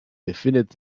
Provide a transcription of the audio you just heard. befindet